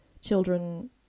children